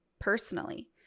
personally